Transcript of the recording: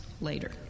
later